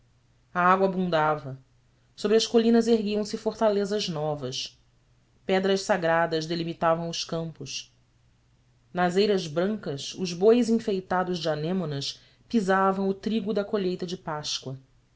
a água abundava sobre as colinas erguiam-se fortalezas novas pedras sagradas delimitavam os campos nas eiras brancas os bois enfeitados de anêmonas pisavam o trigo da colheita de páscoa